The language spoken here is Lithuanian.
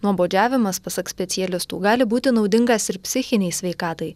nuobodžiavimas pasak specialistų gali būti naudingas ir psichinei sveikatai